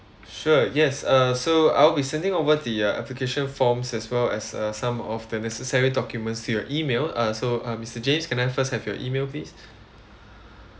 sure yes err so I'll be sending over the uh application forms as well as uh some of the necessary documents to your email uh so uh mister james can I first have your email please